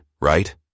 right